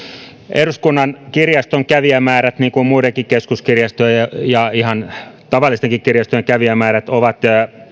eduskunnan kirjaston kävijämäärät niin kuin muidenkin keskuskirjastojen ja ihan tavallistenkin kirjastojen kävijämäärät ovat